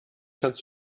kannst